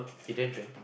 you don't drink